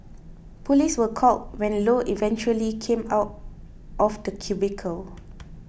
police were called when Low eventually came out of the cubicle